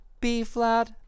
B-flat